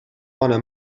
bona